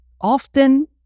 often